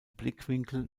blickwinkel